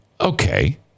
Okay